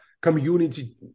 community